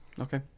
Okay